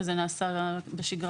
וזה נעשה בשגרה